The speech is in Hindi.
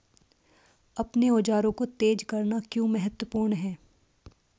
अपने औजारों को तेज करना क्यों महत्वपूर्ण है?